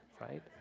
right